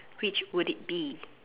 which would it be